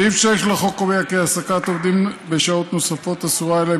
סעיף 6 לחוק קובע כי העסקת עובדים בשעות נוספות אסורה אלא אם